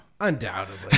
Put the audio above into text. Undoubtedly